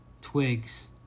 twigs